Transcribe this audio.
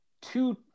Two